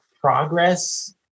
progress